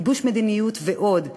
גיבוש מדיניות ועוד.